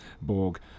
Borg